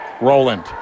roland